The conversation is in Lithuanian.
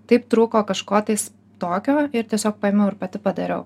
taip trūko kažko tais tokio ir tiesiog paėmiau ir pati padariau